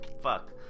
Fuck